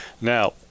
Now